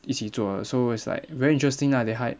一起做的 so it's like very interesting lah they hide